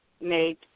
made